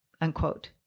unquote